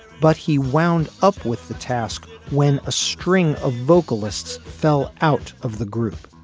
but he wound up with the task when a string of vocalists fell out of the group.